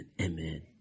amen